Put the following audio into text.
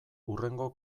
hurrengo